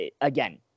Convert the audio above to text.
again